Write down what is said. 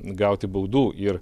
gauti baudų ir